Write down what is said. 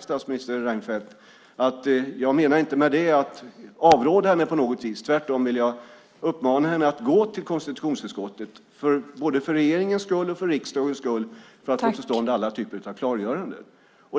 Statsminister Reinfeldt kunde ha sagt: Jag menade inte med det att avråda henne på något vis, tvärtom vill jag uppmana henne att gå till konstitutionsutskottet för både regeringens och riksdagens skull för att få till stånd alla typer av klargöranden.